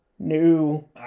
new